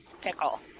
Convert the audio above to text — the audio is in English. pickle